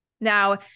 Now